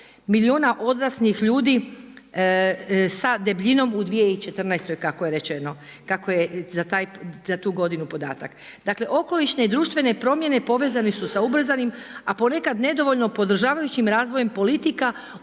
milijuna odraslih ljudi sa debljinom u 2014. kako je rečeno, kako je za tu godinu podatak. Dakle, okolišne i društvene promjene povezane su se ubrzanim, a ponekad nedovoljno podržavajućim razvojem politika